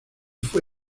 fue